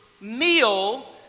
meal